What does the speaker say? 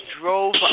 drove